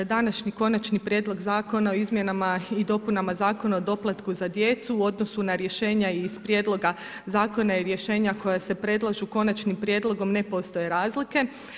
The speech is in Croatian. Današnji Konačni prijedlog Zakona o izmjenama i dopunama Zakona o doplatku za djecu u odnosu na rješenja iz prijedloga zakona i rješenja koja se predlažu konačnim prijedlogu ne postoje razlike.